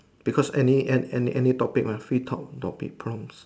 because any any any topic mah free talk topic prompt